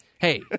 Hey